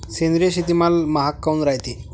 सेंद्रिय शेतीमाल महाग काऊन रायते?